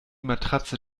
matratze